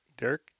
Derek